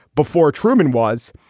before truman was.